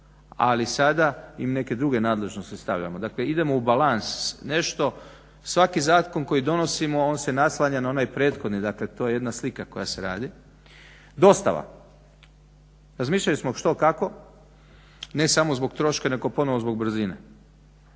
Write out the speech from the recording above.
ali sada im neke druge nadležnosti stavljamo. Dakle, idemo u balans. Nešto, svaki zakon koji donosimo on se naslanja na onaj prethodni. Dakle, to je jedna slika koja se radi. Dostava, razmišljali smo što, kako ne samo zbog troška nego ponovno zbog brzine.